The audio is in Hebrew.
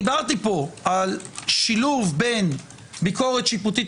דיברתי פה על שילוב בין ביקורת שיפוטית